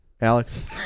Alex